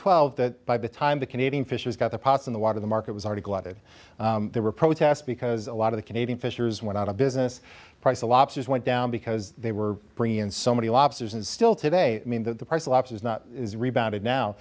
twelve that by the time the canadian fisheries got the pots in the water the market was already got it there were protests because a lot of the canadian fishers went out of business price a lobsters went down because they were bringing in so many lobsters and still today i mean that the parcel ops is not is rebounded now